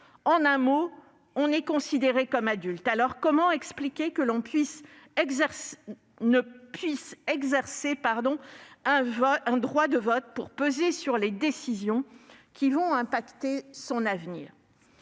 En un mot, on est considéré comme adulte ! Alors, comment expliquer que l'on ne puisse exercer un droit de vote pour peser sur les décisions qui vont impacter son avenir ?